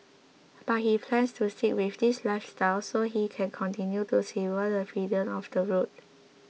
but he plans to stick with this lifestyle so he can continue to savour the freedom of the road